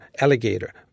alligator